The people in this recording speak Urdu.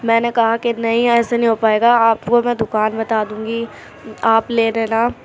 میں نے کہا کہ نہیں ایسے نہیں ہو پائے گا آپ کو میں دکان بتا دوں گی آپ لے لینا